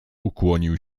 ukłonił